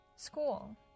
School